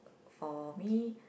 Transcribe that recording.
for me